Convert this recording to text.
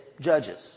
judges